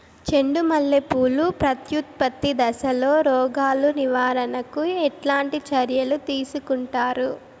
చెండు మల్లె పూలు ప్రత్యుత్పత్తి దశలో రోగాలు నివారణకు ఎట్లాంటి చర్యలు తీసుకుంటారు?